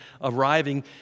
arriving